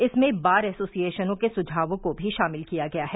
इसमें बार एसोसिएशनों के सुझावों को भी शामिल किया गया है